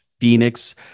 Phoenix